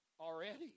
Already